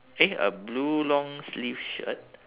eh a blue long sleeve shirt